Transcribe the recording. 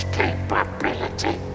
capability